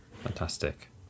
Fantastic